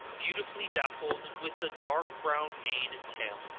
beautifully dappled, and with a dark-brown mane and tail.